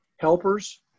helpers